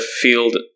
field